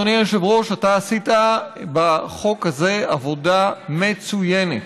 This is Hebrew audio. אדוני היושב-ראש: אתה עשית בחוק הזה עבודה מצוינת.